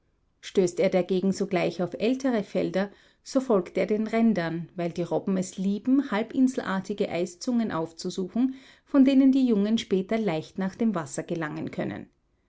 stößt er dagegen sogleich auf ältere felder so folgt er den rändern weil die robben es lieben halbinselartige eiszungen aufzusuchen von denen die jungen später leicht nach dem wasser gelangen können